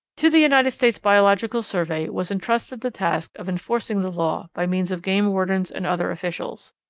to the united states biological survey was intrusted the task of enforcing the law by means of game wardens and other officials.